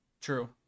True